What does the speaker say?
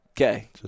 Okay